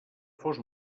fos